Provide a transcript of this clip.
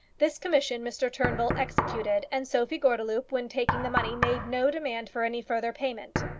this commission mr. turnbull executed, and sophie gordeloup, when taking the money, made no demand for any further payment.